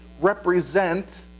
represent